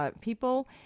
people